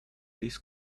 this